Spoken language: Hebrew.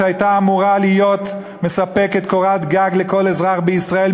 שהייתה אמורה לספק קורת גג לכל אזרח בישראל,